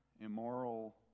immoral